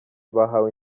bahawe